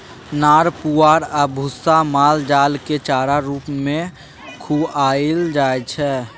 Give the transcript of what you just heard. नार पुआर आ भुस्सा माल जालकेँ चारा रुप मे खुआएल जाइ छै